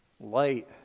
light